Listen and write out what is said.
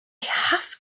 have